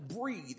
breathe